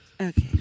Okay